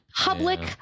public